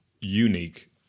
unique